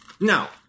Now